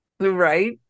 right